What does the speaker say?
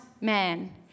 man